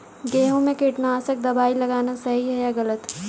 गेहूँ में कीटनाशक दबाई लगाना सही है या गलत?